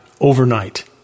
overnight